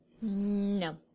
No